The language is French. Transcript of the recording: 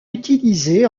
utilisé